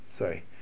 Sorry